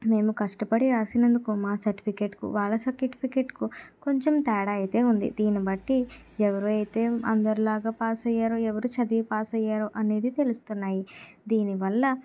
మేము కష్టపడి రాసినందుకు మా సర్టిఫికేట్ కు వాళ్ళ సర్టిఫికేట్ కు కొంచెం తేడా అయితే వుంది దీని బట్టి ఎవరైతే అందరిలాగా పాస్ అయ్యారో ఎవరు చదివి పాస్ అయ్యారో అనేది తెలుస్తున్నాయి దీని వల్ల